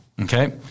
Okay